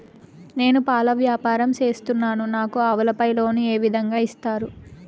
నేను పాల వ్యాపారం సేస్తున్నాను, నాకు ఆవులపై లోను ఏ విధంగా ఇస్తారు